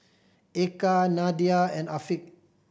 Eka Nadia and Afiq